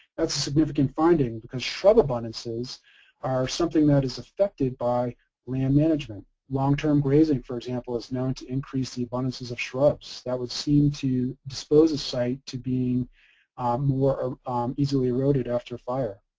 that's significant finding because shrub abundances are something that is affected by land management. long-term grazing for example, is known to increase the abundances of shrubs. that would seem to dispose a site to being more easily eroded after fire.